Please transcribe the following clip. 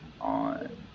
on